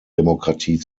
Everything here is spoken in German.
demokratie